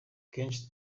kenshi